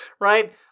right